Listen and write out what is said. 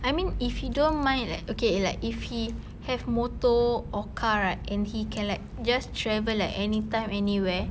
I mean if he don't mind like okay like if he have motor or car right and he can just travel like anytime anywhere